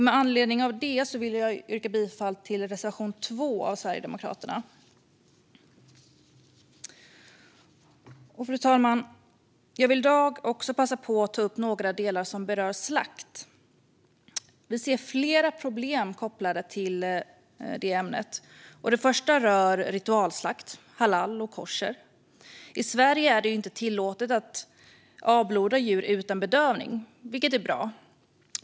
Med anledning av det vill jag yrka bifall till reservation 2 av Sverigedemokraterna. Fru talman! Jag vill i dag också passa på att ta upp några delar som berör slakt. Vi ser flera problem kopplade till detta ämne. Det första rör ritualslakt, halal och kosher. I Sverige är det inte tillåtet att avbloda djur utan bedövning, vilket är bra.